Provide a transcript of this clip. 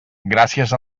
gràcies